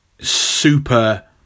super